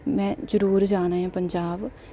में जरूर जाना ऐ पंजाब